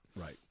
Right